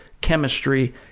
chemistry